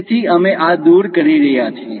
તેથી અમે આ દૂર કરી રહ્યા છીએ